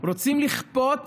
רוצים לכפות